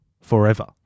forever